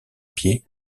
pieds